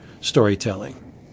storytelling